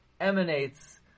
emanates